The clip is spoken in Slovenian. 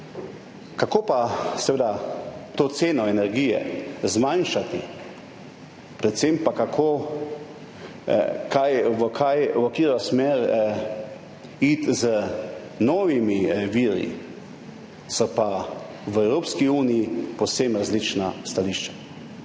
Kako pa to ceno energije zmanjšati, predvsem pa v katero smer iti z novimi viri, so pa v Evropski uniji povsem različna stališča.